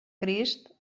crist